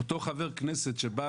אותו חבר כנסת שבא